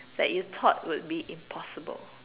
that you thought would be impossible